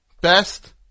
Best